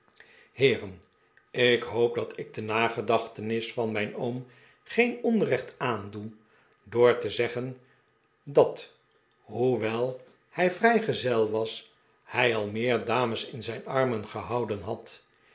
heeren ik hoop dat ik de nagedachtenis van mijn oom geen onrecht aandoe door te zeggen dat hoewel hij vrijgezel was hij al meer dames in zijn armen gehouden had